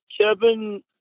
Kevin